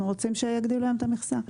אנחנו רוצים שיגדילו להם את המכסה.